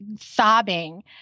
sobbing